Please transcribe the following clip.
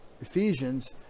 Ephesians